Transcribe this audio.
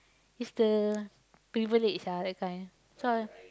it's the privilege ah that kind so I